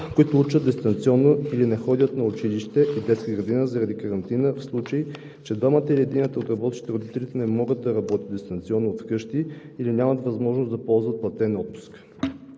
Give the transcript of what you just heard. които учат дистанционно или не ходят на училище и детска градина заради карантина, в случай че двамата или единият от работещите родители не могат да работят дистанционно от вкъщи или нямат възможност да ползват платен отпуск.